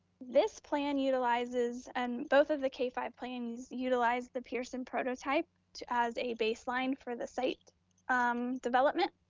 this plan utilizes, and both of the k five plans utilize the pearson prototype as a baseline for the site um development.